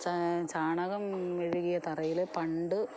ച് ചാണകം മെഴുകിയ തറയിൽ പണ്ട്